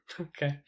Okay